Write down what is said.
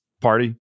Party